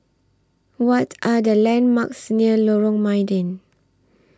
What Are The landmarks near Lorong Mydin